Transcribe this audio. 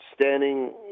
standing